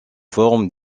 formes